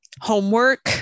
homework